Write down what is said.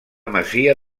masia